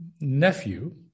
nephew